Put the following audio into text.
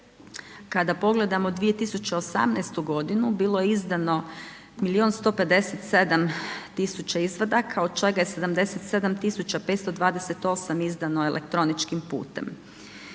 Kada pogledamo 2018. godinu, bilo je izdano 1 157 000 izvadaka, od čega je 77 528 izdano elektroničkim putem.